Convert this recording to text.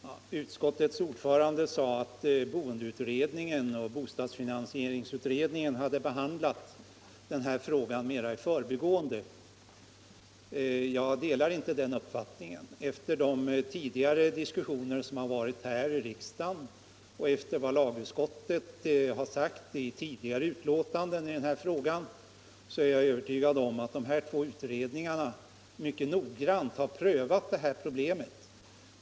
Fru talman! Utskottsordföranden ansåg att boendeutredningen och bostadsfinansieringsutredningen hade behandlat den här frågan mera i förbigående. Jag delar inte den uppfattningen. Efter tidigare diskussioner här i riksdagen och efter vad lagutskottet har sagt i tidigare betänkanden i den här frågan är jag övertygad om att dessa två utredningar mycket noggrant har behandlat det här problemet.